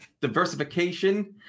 diversification